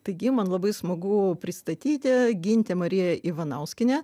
taigi man labai smagu pristatyti gintė marija ivanauskienė